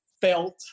felt